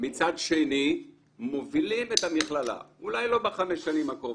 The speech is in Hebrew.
מצד שני מובילים את המכללה אולי לא בחמש שנים הקרובות,